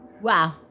Wow